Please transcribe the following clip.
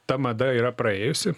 ta mada yra praėjusi